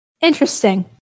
Interesting